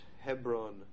Hebron